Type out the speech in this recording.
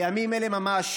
בימים אלה ממש